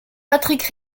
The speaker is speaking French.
patrick